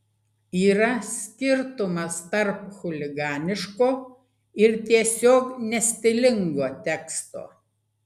yra skirtumas tarp chuliganiško ir tiesiog nestilingo teksto